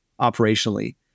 operationally